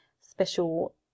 special